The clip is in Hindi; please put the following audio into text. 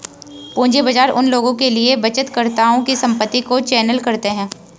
पूंजी बाजार उन लोगों के लिए बचतकर्ताओं की संपत्ति को चैनल करते हैं